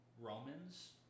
Romans